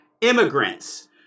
immigrants